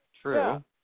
true